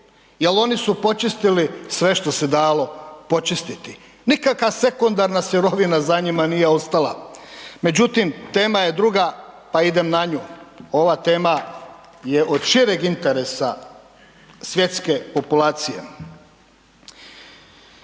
jer oni su počistili sve što se dalo počistiti. Nikakva sekundarna sirovina za njima nije ostala. Međutim, tema je druga, pa idem na nju. Ova tema je od šireg interesa svjetske populacije.